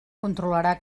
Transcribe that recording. controlarà